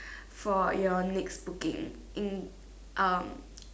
for your next booking in um